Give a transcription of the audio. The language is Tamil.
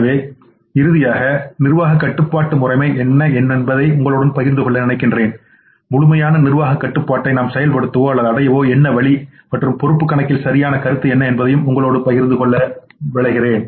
எனவே இறுதியாக இதற்கு முன்னர் நிர்வாகக் கட்டுப்பாட்டு முறைமை என்ன என்பதை உங்களுடன் பகிர்ந்து கொள்ள நினைத்தேன் முழுமையான நிர்வாகக் கட்டுப்பாட்டை நாம் செயல்படுத்தவோ அல்லது அடையவோ என்ன வழி மற்றும் பொறுப்புக் கணக்கியல் சரியான கருத்து என்ன என்பதையும் உங்களுடன் பகிர்ந்து கொள்ள நினைத்தேன்